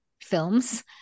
films